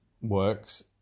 works